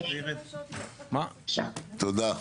תודה.